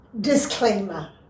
Disclaimer